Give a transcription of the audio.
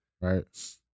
Right